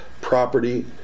property